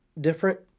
different